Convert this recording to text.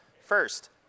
first